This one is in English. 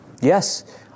Yes